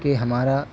کہ ہمارا